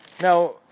Now